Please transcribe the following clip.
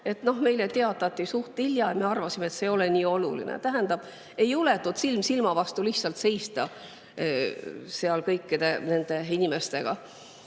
meile teatati suht hilja ja me arvasime, et see ei ole nii oluline. Tähendab, lihtsalt ei juletud silm silma vastu seista seal kõikide nende inimestega.